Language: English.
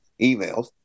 emails